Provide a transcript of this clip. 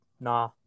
nah